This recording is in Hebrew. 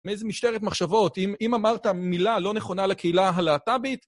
מאיזה משטרת מחשבות, אם אמרת מילה לא נכונה לקהילה הלהטבית...